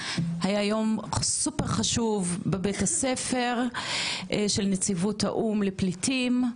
היה יום סופר חשוב בבית הספר של נציבות האו"ם לפליטים,